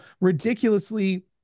ridiculously